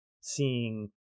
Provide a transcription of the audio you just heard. seeing